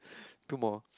two more